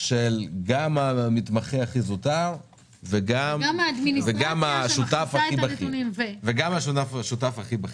של גם המתמחה הכי זוטר וגם השותף הכי בכיר.